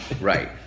right